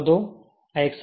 આ સમસ્યા છે